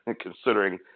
considering